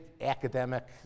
academic